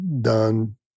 done